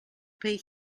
pay